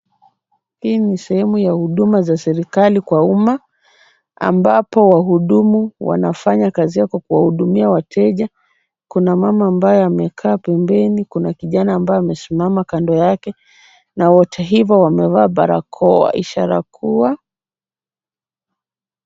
Hii ni sehemu ya huduma za serikali kwa umma ambapo wahudumu wanafanya kazi yao kwa kuwahudumia wateja. Kuna mama ambaye amekaa pembeni kuna kijana kando yake na hata hivyo wamevaa barakoa.